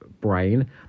brain